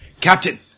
Captain